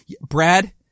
Brad